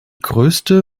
größte